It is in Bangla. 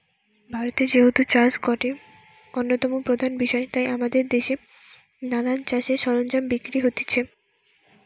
ভারতে যেহেতু চাষ গটে অন্যতম প্রধান বিষয় তাই আমদের দেশে নানা চাষের সরঞ্জাম বিক্রি হতিছে